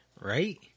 Right